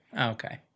Okay